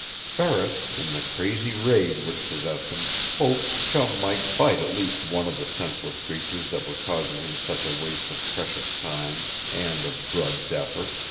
ferris, in the crazy rage which possessed him, hoped chum might bite at least one of the senseless creatures that were causing him such a waste of precious time and of grudged effort.